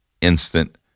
instant